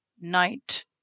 night